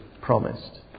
promised